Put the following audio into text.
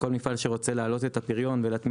כל מפעל שרוצה להעלות את הפריון ולהטמיע